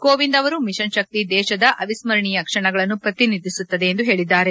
ಕೋವಿಂದ್ ಅವರು ಮಿಷನ್ ಶಕ್ತಿ ದೇಶದ ಅವಿಸ್ಮರಣೀಯ ಕ್ಷಣಗಳನ್ನು ಪ್ರತಿನಿಧಿಸುತ್ತದೆ ಎಂದು ಹೇಳಿದ್ದಾರೆ